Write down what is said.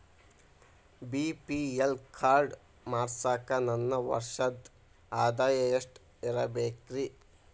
BPL card ಮಾಡ್ಸಾಕ ನನ್ನ ವರ್ಷದ್ ಆದಾಯ ಎಷ್ಟ ಇರಬೇಕ್ರಿ?